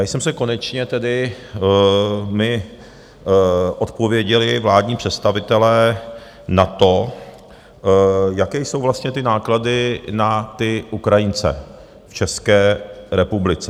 Já jsem se konečně tedy mně odpověděli vládní představitelé na to, jaké jsou vlastně ty náklady na Ukrajince v České republice.